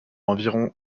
environ